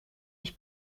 ich